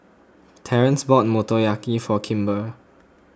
Terrence bought Motoyaki for Kimber